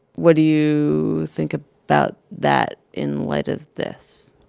what do you think ah about that in light of this?